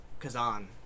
Kazan